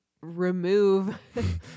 remove